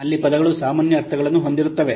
ಅಲ್ಲಿ ಪದಗಳು ಸಾಮಾನ್ಯ ಅರ್ಥಗಳನ್ನು ಹೊಂದಿರುತ್ತವೆ